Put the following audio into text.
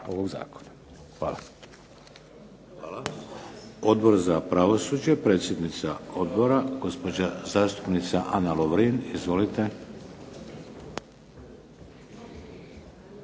ovog Zakona. Hvala.